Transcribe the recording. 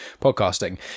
podcasting